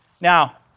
Now